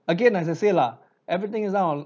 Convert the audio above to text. again as I said lah everything is on